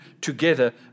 together